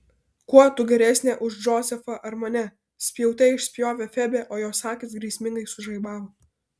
kuo tu geresnė už džozefą ar mane spjaute išspjovė febė o jos akys grėsmingai sužaibavo